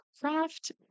craft